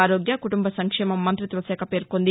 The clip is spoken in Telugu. ఆరోగ్య కుటుంబ సంక్షేమ మంతిత్వ శాఖ పేర్కొంది